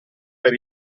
per